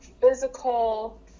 physical